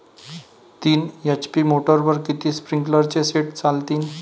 तीन एच.पी मोटरवर किती स्प्रिंकलरचे सेट चालतीन?